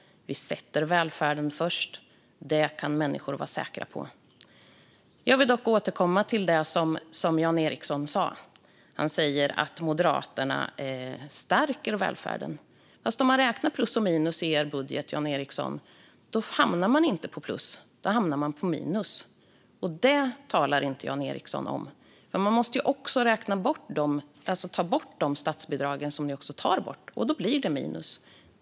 Vi sätter välfärden först - det kan människor vara säkra på. Jag vill dock återkomma till det Jan Ericson sa: att Moderaterna stärker välfärden. Fast om man räknar plus och minus i er budget, Jan Ericson, hamnar man inte på plus utan på minus. Detta talar inte Jan Ericson om. Man måste räkna bort de statsbidrag ni tar bort, och då blir det minus.